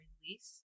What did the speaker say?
release